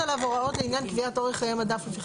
אני חושבת שחלות עליו הוראות לעניין קביעת אורך חיי מדף לפי